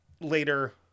later